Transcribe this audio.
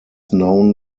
known